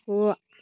गु